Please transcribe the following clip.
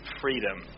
freedom